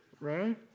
right